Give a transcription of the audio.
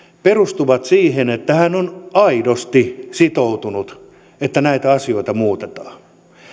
perustuvat siihen että hän on aidosti sitoutunut siihen että näitä asioita muutetaan